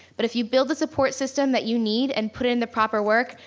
but if you build a support system that you need and put in the proper work,